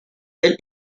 elle